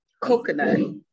coconut